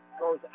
Goes